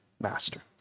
master